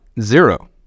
zero